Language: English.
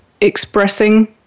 expressing